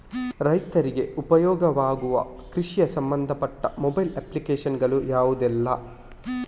ರೈತರಿಗೆ ಉಪಯೋಗ ಆಗುವ ಕೃಷಿಗೆ ಸಂಬಂಧಪಟ್ಟ ಮೊಬೈಲ್ ಅಪ್ಲಿಕೇಶನ್ ಗಳು ಯಾವುದೆಲ್ಲ?